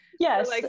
Yes